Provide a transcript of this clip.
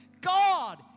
God